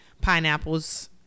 pineapples